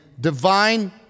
divine